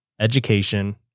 Education